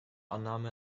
annahme